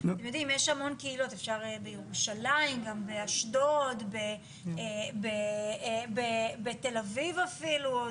יש המון כאילו אז אפשר בירושלים גם באשדוד בתל אביב אפילו,